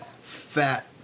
fat